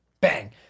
bang